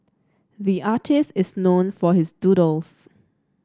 the artist is known for his doodles